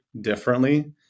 differently